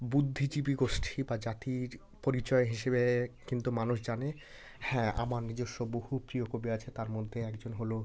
বুদ্ধিজীবী গোষ্ঠী বা জাতির পরিচয় হিসেবে কিন্তু মানুষ জানে হ্যাঁ আমার নিজেস্ব বহু প্রিয় কবি আছে তার মধ্যে একজন হল